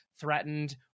threatened